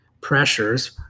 pressures